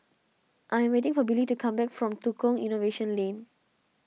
I'm waiting for Billy to come back from Tukang Innovation Lane